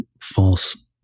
false